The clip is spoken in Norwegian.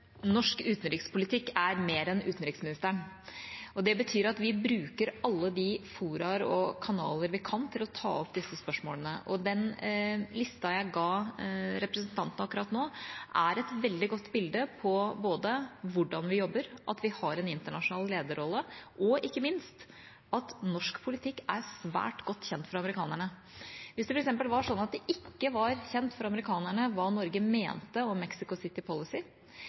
Norsk utenrikspolitikk er mer enn utenriksministeren. Det betyr at vi bruker alle de fora og kanaler vi kan for å ta opp disse spørsmålene. Den lista jeg ga representanten akkurat nå, er et veldig godt bilde på både hvordan vi jobber, at vi har en internasjonal lederrolle, og ikke minst at norsk politikk er svært godt kjent for amerikanerne. Hvis det f.eks. var slik at det ikke var kjent for amerikanerne hva Norge mente om Mexico City Policy,